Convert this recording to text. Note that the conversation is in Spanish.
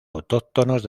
autóctonos